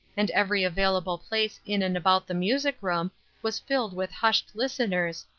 and every available place in and about the music room was filled with hushed listeners,